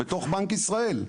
בתוך בנק ישראל.